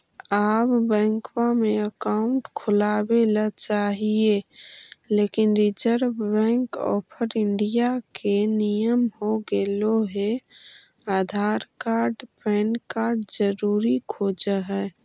आब बैंकवा मे अकाउंट खोलावे ल चाहिए लेकिन रिजर्व बैंक ऑफ़र इंडिया के नियम हो गेले हे आधार कार्ड पैन कार्ड जरूरी खोज है?